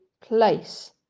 place